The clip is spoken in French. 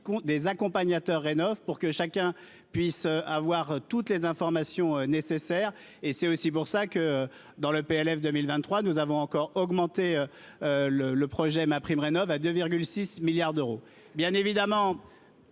des accompagnateurs rénovent pour que chacun puisse avoir toutes les informations nécessaires et c'est aussi pour ça que dans le PLF 2023, nous avons encore augmenté le le projet MaPrimeRénov'à 2,6 milliards d'euros, bien évidemment,